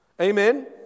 Amen